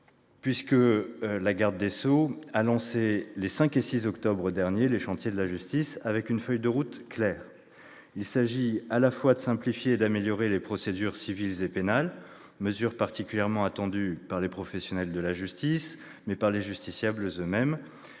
: Mme la garde des sceaux a lancé, les 5 et 6 octobre derniers, les chantiers de la justice, avec une feuille de route claire. Il s'agit à la fois de simplifier et d'améliorer les procédures civiles et pénales, mesures particulièrement attendues par les professionnels de la justice, mais aussi par les justiciables eux-mêmes,